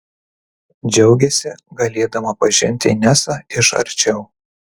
džiaugėsi galėdama pažinti inesą iš arčiau